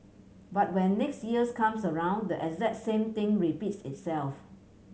but when next years comes around the exact same thing repeats itself